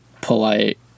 polite